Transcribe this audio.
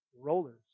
rollers